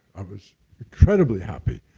i was incredibly happy.